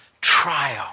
trial